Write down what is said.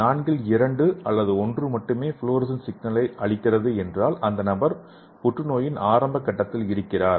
நான்கில் இரண்டு அல்லது ஒன்று மட்டுமே ஃப்ளோரசன் சிக்னலை அளிக்கிறது என்றால் அந்த நபர் புற்றுநோயின் ஆரம்ப கட்டத்தில் இருக்கிறார்